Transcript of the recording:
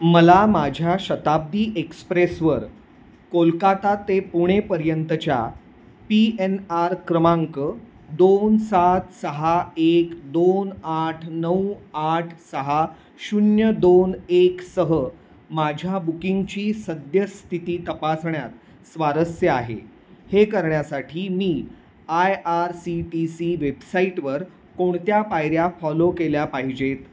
मला माझ्या शताब्दी एक्सप्रेसवर कोलकाता ते पुणेपर्यंतच्या पी एन आर क्रमांक दोन सात सहा एक दोन आठ नऊ आठ सहा शून्य दोन एक सह माझ्या बुकिंगची सद्यस्थिती तपासण्यात स्वारस्य आहे हे करण्यासाठी मी I R C T C वेबसाईटवर कोणत्या पायऱ्या फॉलो केल्या पाहिजेत